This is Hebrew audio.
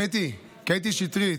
קטי, קטי שטרית,